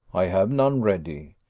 i have none ready.